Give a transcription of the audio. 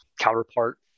counterpart